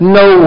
no